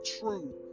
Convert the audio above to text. true